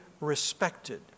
respected